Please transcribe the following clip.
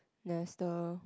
there's the